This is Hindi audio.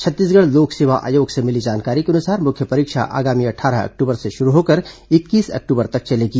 छत्तीसगढ़ लोक सेवा आयोग से मिली जानकारी के अनुसार मुख्य परीक्षा आगामी अट्ठारह अक्टूबर से शुरू होकर इक्कीस अक्टूबर तक चलेगी